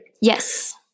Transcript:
Yes